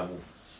don't mind